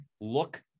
look